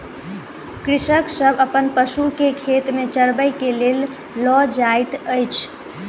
कृषक सभ अपन पशु के खेत में चरबै के लेल लअ जाइत अछि